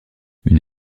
une